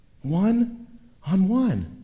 One-on-one